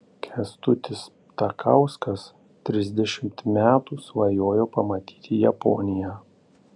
kęstutis ptakauskas trisdešimt metų svajojo pamatyti japoniją